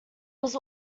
was